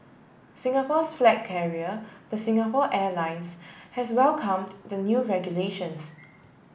Singapore's flag carrier the Singapore Airlines has welcomed the new regulations